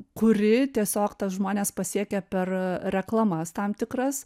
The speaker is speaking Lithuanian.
kuri tiesiog tuos žmones pasiekia per reklamas tam tikras